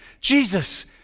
Jesus